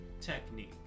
technique